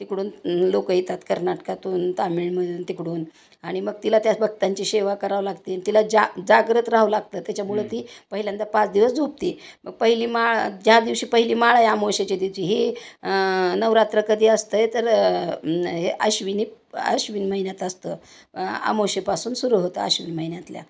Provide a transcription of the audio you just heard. तिकडून लोक येतात कर्नाटकातून तामिळमधून तिकडून आणि मग तिला त्याच भक्तांची सेवा करावं लागते तिला जा जागृत राहावं लागतं त्याच्यामुळं ती पहिल्यांदा पाच दिवस झोपते मग पहिली माळ ज्या दिवशी पहिली माळ आहे आमोश्येची तिची हे नवरात्र कधी असतंय तर हे आश्विनी आश्विन महिन्यात असतं आमोशेपासून सुरू होतं आश्विन महिन्यातल्या